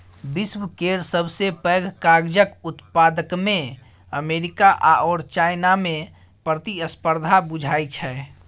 विश्व केर सबसे पैघ कागजक उत्पादकमे अमेरिका आओर चाइनामे प्रतिस्पर्धा बुझाइ छै